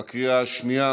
בקריאה השנייה